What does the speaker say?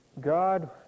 God